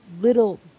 little